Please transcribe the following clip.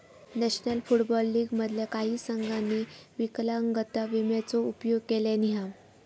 national football league मधल्या काही संघांनी विकलांगता विम्याचो उपयोग केल्यानी हा